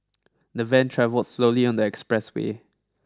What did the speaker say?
the van travelled slowly on the expressway